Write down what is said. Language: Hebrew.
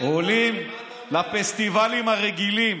עולים לפסטיבלים הרגילים,